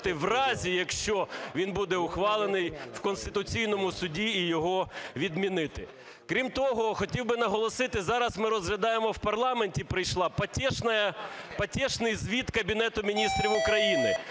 в разі, якщо він буде ухвалений, в Конституційному Суді і його відмінити. Крім того, хотів би наголосити, зараз ми розглядаємо в парламенті прийшла потішная... потішний звіт Кабінету Міністрів України.